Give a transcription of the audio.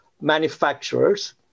manufacturers